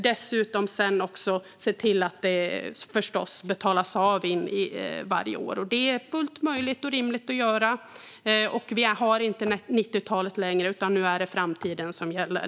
Dessutom behöver vi förstås se till att detta sedan betalas av varje år. Det är fullt möjligt och rimligt att göra detta. Vi är inte på 90-talet längre, utan nu är det framtiden som gäller.